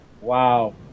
Wow